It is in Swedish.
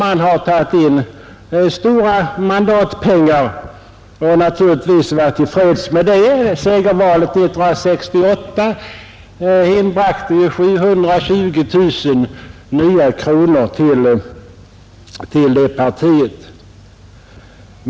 Man har tagit in stora mandatpengar och givetvis varit tillfredsställd med det. Segervalet 1968 inbragte ju 720 000 nya kronor till det partiet.